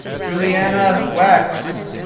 julianna wax.